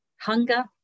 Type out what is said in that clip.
hunger